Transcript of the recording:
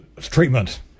treatment